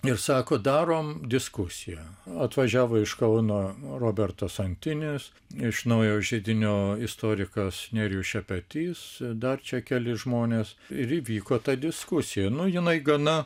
ir sako darom diskusiją atvažiavo iš kauno robertas antinis iš naujojo židinio istorikas nerijus šepetys dar čia keli žmonės ir įvyko ta diskusija nu jinai gana